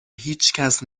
هیچکس